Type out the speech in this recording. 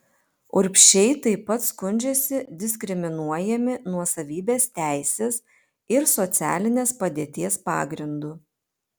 urbšiai taip pat skundžiasi diskriminuojami nuosavybės teisės ir socialinės padėties pagrindu